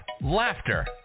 laughter